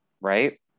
right